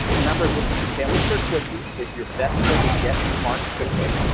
remember this, family search wiki, it's your best way to get smart quickly.